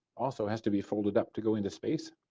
also has to be folded up to go into space.